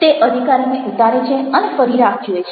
તે અધિકારીને ઉતારે છે અને ફરી રાહ જુએ છે